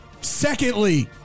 Secondly